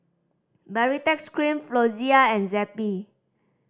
Baritex Cream Floxia and Zappy